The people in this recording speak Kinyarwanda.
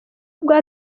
bwa